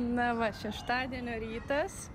na va šeštadienio rytas